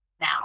now